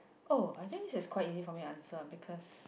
oh I think this is quite easy for me to answer because